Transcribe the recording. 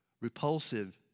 repulsive